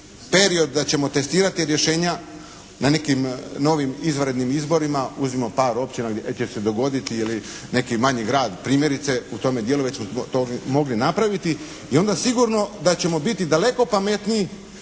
period da ćemo testirati rješenja na nekim novim izvanrednim izborima, uzmimo par općina jel će se dogoditi ili nekim manji grad primjerice, u tome dijelu već smo to mogli napraviti, i onda sigurno da ćemo biti daleko pametniji